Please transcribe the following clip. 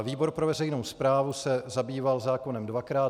Výbor pro veřejnou správu se zabýval zákonem dvakrát.